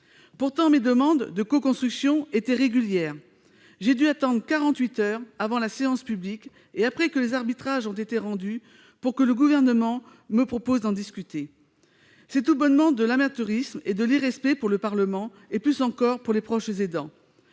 Pourtant, mes demandes de coconstruction étaient régulières. J'ai dû attendre quarante-huit heures avant la séance publique, et après que les arbitrages ont été rendus, pour que le Gouvernement me propose d'en discuter ! C'est tout bonnement de l'amateurisme et de l'irrespect pour le Parlement et, plus encore, pour les proches aidants.